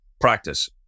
practice